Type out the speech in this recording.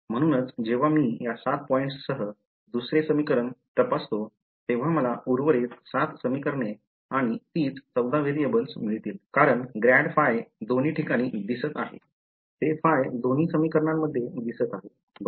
म्हणूनच जेव्हा मी या 7 पॉईंट्ससह दुसरे समीकरण तपासतो तेव्हा मला उर्वरित 7 समीकरणे आणि तीच 14 व्हेरिएबल्स मिळतील कारण grad phi दोन्ही ठिकाणी दिसत आहे ते phi दोन्ही समीकरणांमध्ये दिसत आहे बरोबर